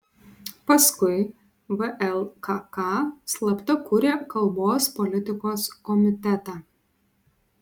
paskui vlkk slapta kūrė kalbos politikos komitetą